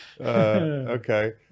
Okay